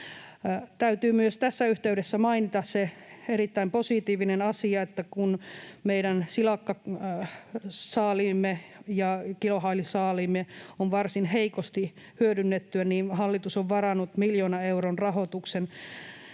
Täytyy tässä yhteydessä mainita myös se erittäin positiivinen asia, että kun meidän silakkasaaliimme ja kilohailisaaliimme ovat varsin heikosti hyödynnettyjä, niin hallitus on varannut miljoonan euron rahoituksen